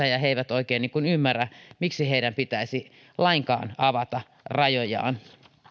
ja ja he eivät oikein ymmärrä miksi heidän pitäisi lainkaan avata rajojaan